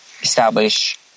establish